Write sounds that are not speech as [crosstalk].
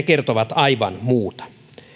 [unintelligible] kertovat aivan muuta